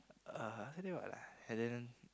uh after that what ah and then